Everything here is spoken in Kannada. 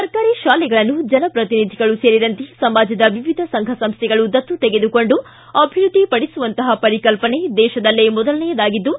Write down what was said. ಸರ್ಕಾರಿ ಶಾಲೆಗಳನ್ನು ಜನಪ್ರತಿನಿಧಿಗಳು ಸೇರಿದಂತೆ ಸಮಾಜದ ವಿವಿಧ ಸಂಘ ಸಂಸ್ಥೆಗಳು ದತ್ತು ತೆಗೆದುಕೊಂಡು ಅಭಿವೃದ್ದಿ ಪಡಿಸುವಂತಹ ಪರಿಕಲ್ಪನೆ ದೇಶದಲ್ಲೇ ಮೊದಲನೆಯದಾಗಿದ್ದು